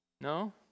No